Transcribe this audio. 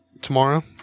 tomorrow